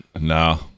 No